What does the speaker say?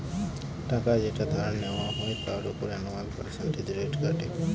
টাকা যেটা ধার নেওয়া হয় তার উপর অ্যানুয়াল পার্সেন্টেজ রেট কাটে